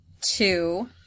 Two